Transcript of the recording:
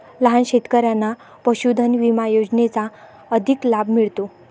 लहान शेतकऱ्यांना पशुधन विमा योजनेचा अधिक लाभ मिळतो